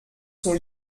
sont